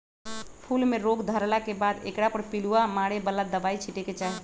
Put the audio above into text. फूल में रोग धरला के बाद एकरा पर पिलुआ मारे बला दवाइ छिटे के चाही